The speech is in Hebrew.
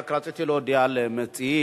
רק רציתי להודיע למציעים,